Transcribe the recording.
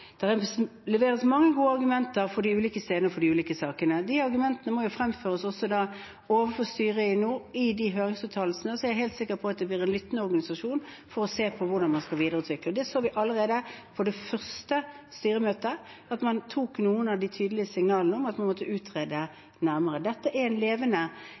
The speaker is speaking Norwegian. leveres mange gode argumenter for de ulike stedene og for de ulike sakene. De argumentene må jo fremføres også overfor styret i Nord. Når det gjelder høringsuttalelsene, er jeg helt sikker på at det blir en lyttende organisasjon, for å se på hvordan man skal videreutvikle det. Vi så allerede på det første styremøtet at man tok noen av de tydelige signalene om at man måtte utrede nærmere. Dette er